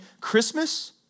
Christmas